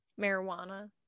marijuana